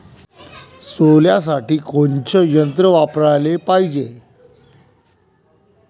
सोल्यासाठी कोनचं यंत्र वापराले पायजे?